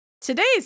today's